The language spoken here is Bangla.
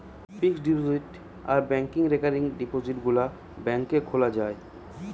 ফিক্সড ডিপোজিট আর ব্যাংকে রেকারিং ডিপোজিটে গুলা ব্যাংকে খোলা যায়